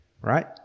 right